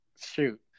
shoot